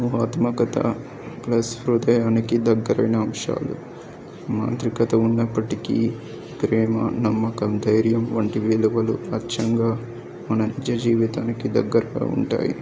మహాత్మకత plus హృదయానికి దగ్గరైన అంశాలు మాంతికత ఉన్నప్పటికీ ప్రేమ నమ్మకం ధైర్యం వంటి విలువలు అచ్చంగా మన నిజ జీవితానికి దగ్గరగా ఉంటాయి